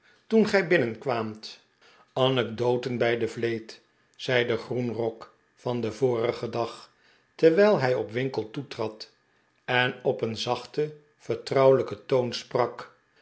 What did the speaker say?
toen gij binnenkwaamt anecdoten bij de vleet zei de groenrok van den vorigen dag terwijl hij op winkle toetrad en op een zachten vertrouwelijken toon sprak